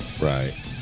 Right